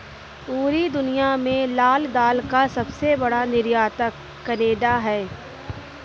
पूरी दुनिया में लाल दाल का सबसे बड़ा निर्यातक केनेडा है